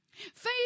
Faith